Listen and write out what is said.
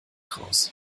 raus